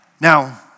Now